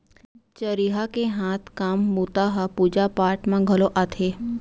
चरिहा के हाथ काम बूता ह पूजा पाठ म घलौ आथे